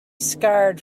scarred